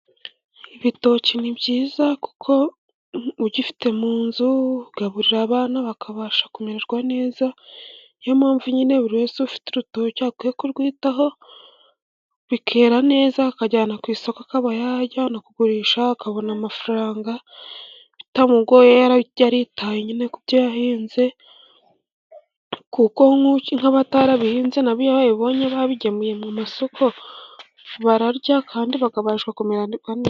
Ibitoki ni byiza kuko ugifite mu nzu ugaburira abana bakabasha kumererwa neza, niyo mpamvu nyine buri wese ufite urutoki akwiye kurwitaho, bikera neza akajyana ku isoko, akaba yajyana kugurisha akabona amafaranga bitamugoye, yaritaye nyine ku byo yahinze kuko nk'abatarabihinnze nabi iyo babibonye babigemuye mu masoko bararya kandi bakabasha kumera neza.